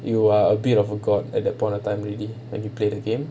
you are a bit of a god at that point of time already when you play the game